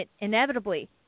inevitably